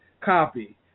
copy